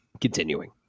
Continuing